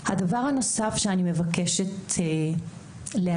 הדבר הנוסף שאני מבקשת להביא,